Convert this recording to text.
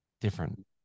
different